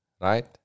right